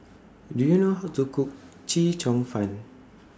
Do YOU know How to Cook Chee Cheong Fun